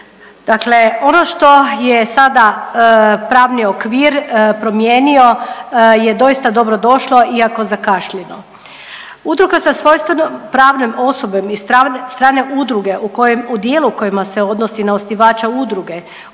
Dakle, ono što je sada pravni okvir promijenio je doista dobro došlo iako zakašnjelo. Udruga sa svojstvom pravne osobe i strane udruge koje u dijelu kojima se odnosi na osnivača udruge,